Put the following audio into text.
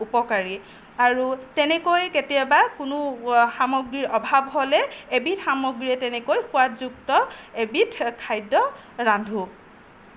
উপকাৰী আৰু তেনেকৈ কেতিয়াবা কোনো সামগ্ৰীৰ অভাৱ হ'লে এবিধ সামগ্ৰীৰে তেনেকৈ সোৱাদযুক্ত এবিধ খাদ্য ৰান্ধোঁ